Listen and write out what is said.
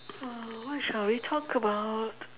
uh what shall we talk about